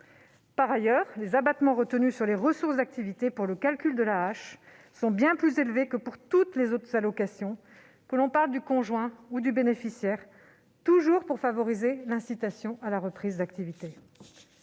Par ailleurs, les abattements retenus sur les ressources d'activité pour le calcul de l'AAH sont bien plus élevés que pour toutes les autres allocations, que l'on parle du conjoint ou du bénéficiaire, toujours pour favoriser l'incitation à la reprise d'activité.